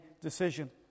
decision